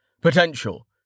potential